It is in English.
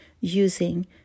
using